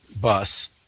bus